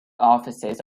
offices